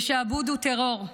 בשעבוד ובטרור.